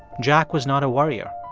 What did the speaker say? jack was not a worrier.